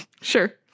Sure